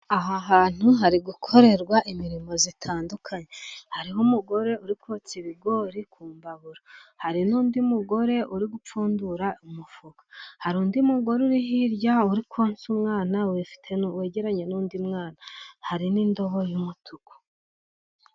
Aha hantu hari gukorerwa imirimo itandukanye; hariho umugore uri kotsa ibigori ku imbabura, hari n'undi mugore uri gupfundura umufuka, hari undi mugore uri hirya urikonsa umwana wegeranye n' undi mwana, hari n' indobo y'umutuku.